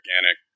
organic